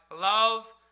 love